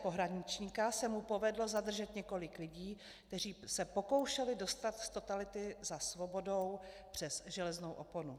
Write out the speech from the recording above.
V kariéře pohraničníka se mu povedlo zadržet několik lidí, kteří se pokoušeli dostat z totality za svobodou přes železnou oponu.